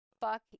Fuck